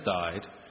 died